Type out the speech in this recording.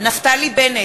נפתלי בנט,